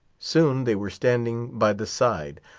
soon they were standing by the side,